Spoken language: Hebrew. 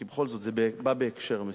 כי בכל זאת זה בא בהקשר מסוים.